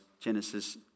Genesis